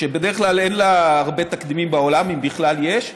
שבדרך כלל אין לה הרבה תקדימים בעולם, אם בכלל יש.